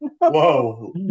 Whoa